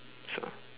so